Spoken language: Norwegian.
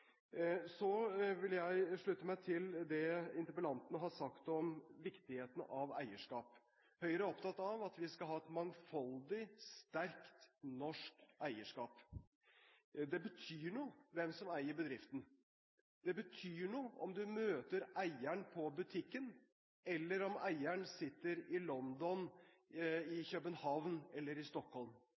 Så vil jeg slutte meg til det interpellanten har sagt om viktigheten av eierskap. Høyre er opptatt av at vi skal ha et mangfoldig, sterkt, norsk eierskap. Det betyr noe hvem som eier bedriften. Det betyr noe om man møter eieren på butikken, eller om eieren sitter i London, i København eller i Stockholm.